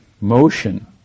motion